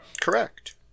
Correct